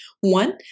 One